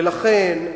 ולכן,